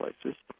places